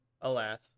alas